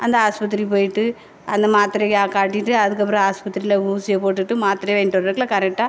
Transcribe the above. அந்த ஹாஸ்பத்திரி போயிட்டு அந்த மாத்திரைய காட்டிகிட்டு அதுக்கப்புறம் ஹாஸ்பத்திரியில் ஊசியை போட்டுகிட்டு மாத்திரைய வாங்கிட்டு வரதுக்குள்ளே கரெக்டாக